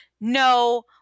no